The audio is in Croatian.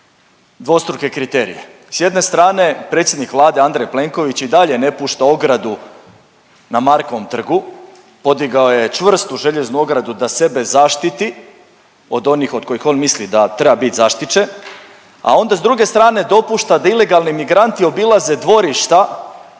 dvostruke kriterije. S jedne strane predsjednik Vlade Andrej Plenković i dalje ne pušta ogradu na Markovom trgu, podigao je čvrstu željeznu ogradu da sebe zaštiti od onih od kojih on misli da treba bit zaštićen, a onda s druge strane dopušta da ilegalni migranti obilaze dvorišta